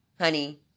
honey